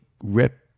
rip